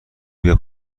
بیا